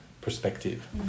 perspective